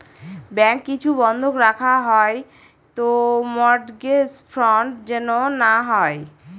bank কিছু বন্ধক রাখা হয় তো মর্টগেজ ফ্রড যেন না হয়